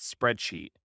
spreadsheet